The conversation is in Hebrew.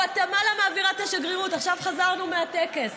גוואטמלה מעבירה את השגרירות, עכשיו חזרנו מהטקס,